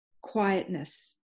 quietness